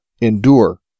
endure